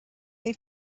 they